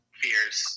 fears